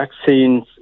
vaccines